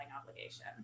obligation